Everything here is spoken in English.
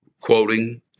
quoting